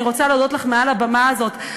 אני רוצה להודות לך מעל הבמה הזאת.